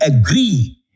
agree